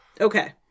Okay